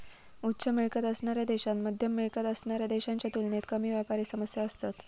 उच्च मिळकत असणाऱ्या देशांत मध्यम मिळकत असणाऱ्या देशांच्या तुलनेत कमी व्यापारी समस्या असतत